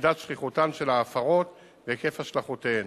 מידת שכיחותן של ההפרות והיקף השלכותיהן.